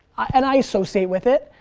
and i associate with it.